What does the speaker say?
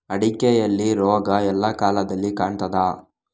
ಅಡಿಕೆಯಲ್ಲಿ ರೋಗ ಎಲ್ಲಾ ಕಾಲದಲ್ಲಿ ಕಾಣ್ತದ?